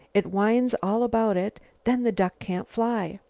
it winds all about it then the duck can't fly.